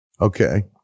okay